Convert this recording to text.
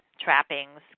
trappings